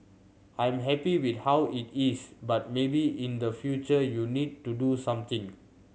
I'm happy with how it is but maybe in the future you need to do something